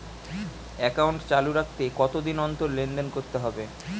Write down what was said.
Account চালু রাখতে কতদিন অন্তর লেনদেন করতে হবে?